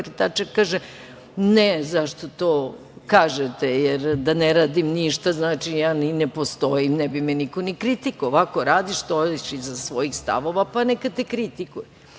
Tačer kaže - ne, zašto to kažete, jer da ne radim ništa, znači ja ni ne postojim, ne bi me niko ni kritikovao, ovako radiš, stojiš iza svojih stavova, pa neka te kritikuju. Zato